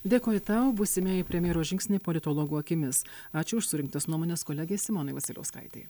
dėkoju tau būsimieji premjero žingsniai politologų akimis ačiū už surinktas nuomones kolegei simonai vasiliauskaitei